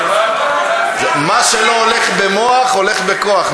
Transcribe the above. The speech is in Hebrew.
מה שלא הולך במוח הולך בכוח.